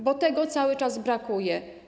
Bo tego cały czas brakuje.